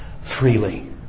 freely